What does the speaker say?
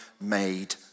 Made